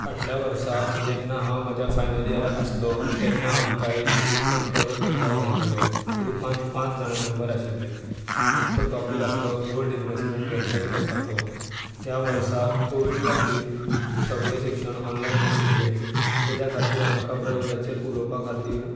फाटल्या वर्सा जेन्ना हांव म्हज्या फायनल इयराक आसलो तेन्ना एक ग्रुपान प्रोजेक्ट करपाक लायिल्लो ग्रुपान पांच जाणां मँबर आशिल्ले आमचो टॉपीक आसलो गोल्ड इन्वेस्टमँट वेबसाइट करपाचो त्या वर्स कोविड खातीर सगळें शिक्षण ऑनलायन आशिल्लें त्या खातीर आमकां प्रोजेक्टाचेर उलोवपा खातीर